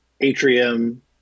atrium